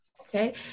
Okay